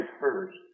first